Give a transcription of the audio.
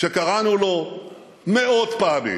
שקראנו לו מאות פעמים,